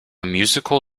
musical